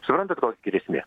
suprantat kokia grėsmė